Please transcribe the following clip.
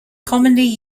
commonly